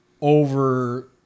over